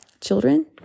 Children